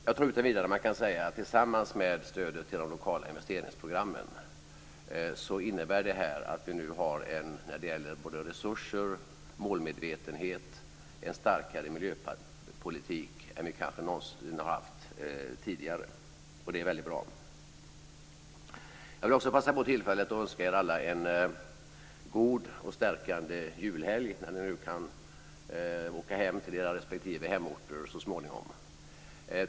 Jag tror att man utan vidare kan säga att detta tillsammans med stödet till de lokala investeringsprogrammen innebär att vi nu har en när det gäller både resurser och målmedvetenhet starkare miljöpolitik än vi kanske någonsin har haft tidigare. Det är väldigt bra. Jag vill också passa på tillfället att önska er alla en god och stärkande julhelg, när ni kan åka hem till era respektive hemorter så småningom.